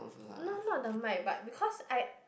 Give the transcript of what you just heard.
no no they might but because I